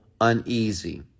uneasy